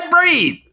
breathe